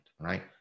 right